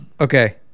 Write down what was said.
Okay